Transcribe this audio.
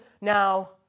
now